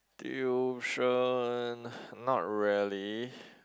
tuition not really